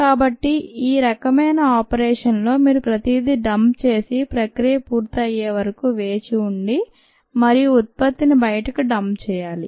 కాబట్టి ఈ రకమైన ఆపరేషన్లో మీరు ప్రతిదీ డంప్ చేసి ప్రక్రియ పూర్తి అయ్యేవరకూ వేచి ఉండి మరియు ఉత్పత్తిని బయటకి డంప్ చేయాలి